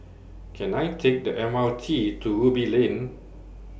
Can I Take The M R T to Ruby Lane